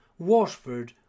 Washford